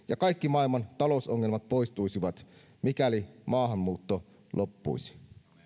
ja kaikki maailman talousongelmat poistuisivat mikäli maahanmuutto loppuisi